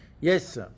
yes